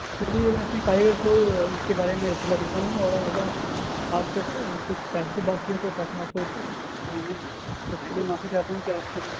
چلیے اپنے کاریگر کو اس کے بارے میں اطلاع دیتا ہوں اور اگر آپ کے کچھ پیسے باقی ہوں تو پیسہ آپ کو میں اس کے لیے معافی چاہتا ہوں کہ آپ کو